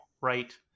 right